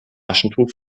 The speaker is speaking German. taschentuch